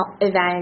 event